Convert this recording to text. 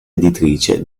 editrice